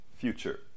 future